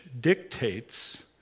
dictates